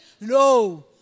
No